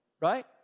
Right